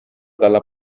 dalla